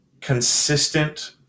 consistent